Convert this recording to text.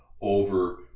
over